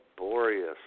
laborious